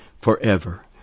Forever